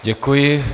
Děkuji.